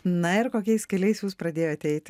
na ir kokiais keliais jūs pradėjote eiti